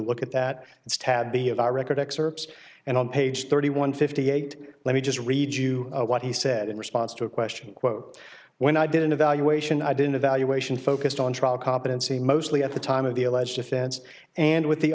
look at that as tabby of the record excerpts and on page thirty one fifty eight let me just read you what he said in response to a question quote when i did an evaluation i didn't evaluation focused on trial competency mostly at the time of the alleged offense and with the